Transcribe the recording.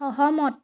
সহমত